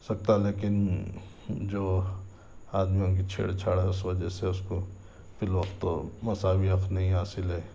سکتا لیکن جو آدمیوں کی چھیڑ چھاڑ ہے اس وجہ سے اس کو فی الوقت تو مساوی حق نہیں حاصل ہے